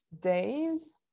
days